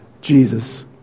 Jesus